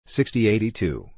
Sixty-eighty-two